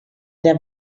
der